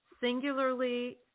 singularly